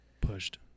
pushed